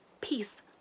peace